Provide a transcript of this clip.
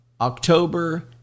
October